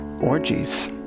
orgies